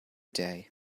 day